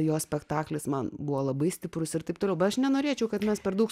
jo spektaklis man buvo labai stiprus ir taip toliau bet aš nenorėčiau kad mes per daug